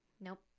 Nope